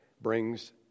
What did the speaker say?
brings